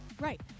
Right